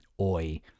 oi